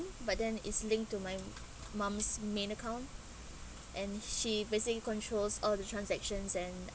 but then it's linked to my mum's main account and she basic~ controls all the transactions and